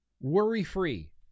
Worry-free